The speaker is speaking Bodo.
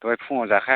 दहाय फुङाव जाखाया